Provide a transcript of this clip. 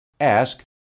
ask